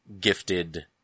gifted